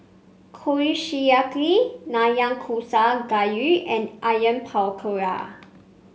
Kushiyaki Nanakusa Gayu and Onion Pakora